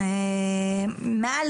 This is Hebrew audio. מעל